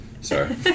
Sorry